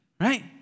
Right